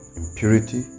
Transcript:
impurity